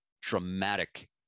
dramatic